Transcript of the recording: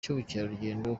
cy’ubukerarugendo